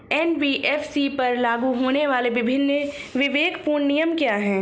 NBFC पर लागू होने वाले विभिन्न विवेकपूर्ण नियम क्या हैं?